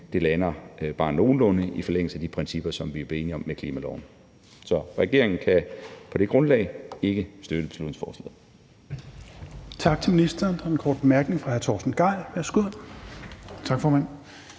det lander bare nogenlunde i forlængelse af de principper, som vi blev enige om med klimaloven. Så regeringen kan på det grundlag ikke støtte beslutningsforslaget.